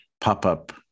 pop-up